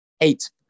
eight